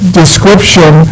description